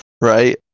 right